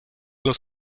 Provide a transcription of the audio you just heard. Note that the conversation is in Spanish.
los